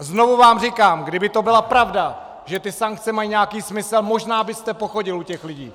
Znovu vám říkám: Kdyby to byla pravda, že ty sankce mají nějaký smysl, možná byste pochodil u těch lidí.